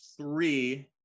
three